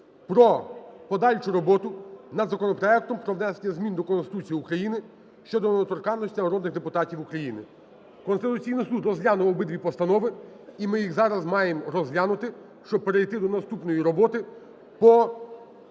про подальшу роботу над законопроектом про внесення змін до Конституції України (щодо недоторканності народних депутатів України). Конституційний Суд розглянув обидві постанови, і ми їх зараз маємо розглянути, щоб перейти до наступної роботи по